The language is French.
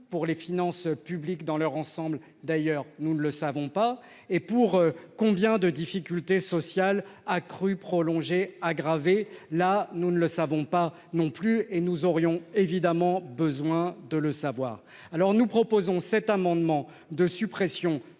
pour les finances publiques dans leur ensemble, d'ailleurs nous ne le savons pas et pour combien de difficultés sociales accrues. Aggraver là nous ne le savons pas non plus et nous aurions évidemment besoin de le savoir. Alors nous proposons cet amendement de suppression